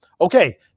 Okay